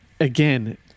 again